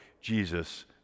Jesus